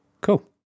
cool